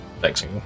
Thanks